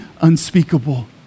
unspeakable